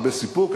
הרבה סיפוק.